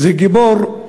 זה גיבור,